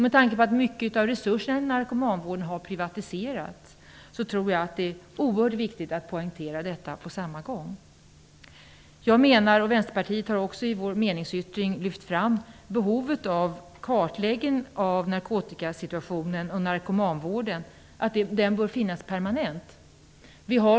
Med tanke på att mycket av resurserna inom narkomanvården har privatiserats tror jag att det är oerhört viktigt att poängtera detta på samma gång. Vänsterpartiet har i sin meningsyttring lyft fram behovet av en kartläggning av narkotikasituationen och narkomanvården och att den bör göras permanent.